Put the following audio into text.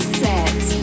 set